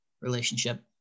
relationship